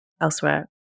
elsewhere